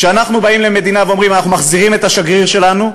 כשאנחנו באים למדינה ואומרים: אנחנו מחזירים את השגריר שלנו,